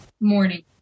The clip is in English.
Morning